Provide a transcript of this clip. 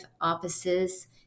offices